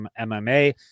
MMA